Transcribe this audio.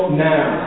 now